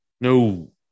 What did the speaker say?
no